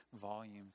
volumes